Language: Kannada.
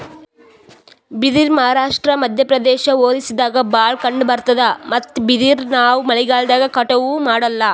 ಬಿದಿರ್ ಮಹಾರಾಷ್ಟ್ರ, ಮಧ್ಯಪ್ರದೇಶ್, ಒರಿಸ್ಸಾದಾಗ್ ಭಾಳ್ ಕಂಡಬರ್ತಾದ್ ಮತ್ತ್ ಬಿದಿರ್ ನಾವ್ ಮಳಿಗಾಲ್ದಾಗ್ ಕಟಾವು ಮಾಡಲ್ಲ